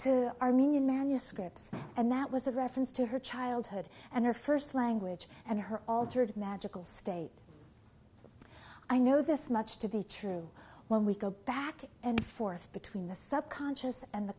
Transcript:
to armenian manuscripts and that was a reference to her childhood and her first language and her altered magical state i know this much to be true when we go back and forth between the subconscious and the